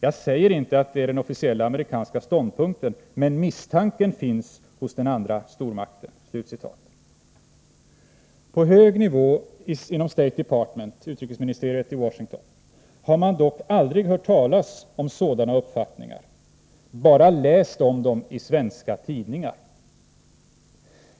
Jag säger inte att det är den officiella amerikanska ståndpunkten men misstanken finns hos den andra stormakten.” På hög nivå inom State Department — utrikesministeriet i Washington — har man dock aldrig hört talas om sådana uppfattningar utan bara läst om dem i svenska tidningar.